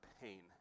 pain